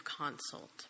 consult